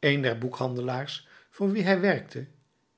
een der boekhandelaars voor wien hij werkte